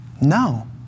No